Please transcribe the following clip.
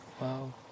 Wow